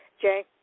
Jay